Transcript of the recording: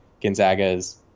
Gonzaga's